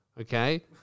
Okay